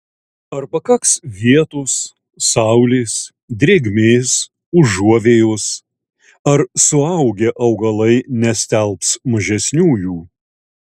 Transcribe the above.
ar pakaks vietos saulės drėgmės užuovėjos ar suaugę augalai nestelbs mažesniųjų